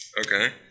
okay